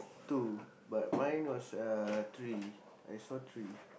two but mine was uh three I saw three